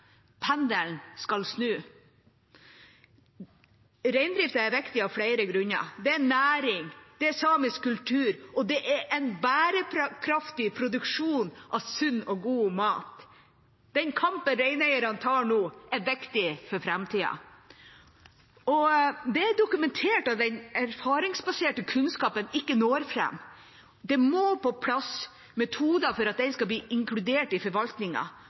Pendelen skal snu. Reindrifta er viktig av flere grunner. Den er næring, den er samisk kultur, og den er en bærekraftig produksjon av sunn og god mat. Den kampen reineierne tar nå, er viktig for framtida. Det er dokumentert at den erfaringsbaserte kunnskapen ikke når fram. Det må på plass metoder for at den skal bli inkludert i